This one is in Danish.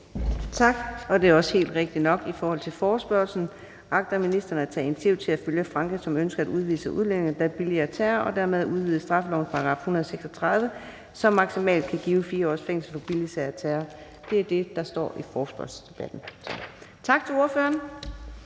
Tak, og det er også helt rigtigt i forhold til det, der står i forespørgslen: »Agter ministeren at tage initiativ til at følge Frankrig, som ønsker at udvise udlændinge, der billiger terror, og dermed udvide straffelovens § 136, som maksimalt kan give 4 års fængsel for billigelse af terror?« Tak til ordføreren.